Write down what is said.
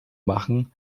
machen